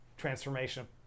transformation